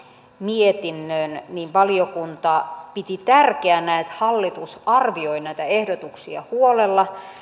mietinnön niin valiokunta piti tärkeänä että hallitus arvioi näitä ehdotuksia huolella